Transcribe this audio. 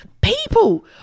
people